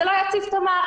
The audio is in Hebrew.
וזה לא יציף פה מערכת.